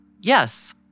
Yes